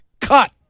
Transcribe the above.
cut